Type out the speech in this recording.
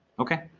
okay.